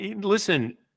listen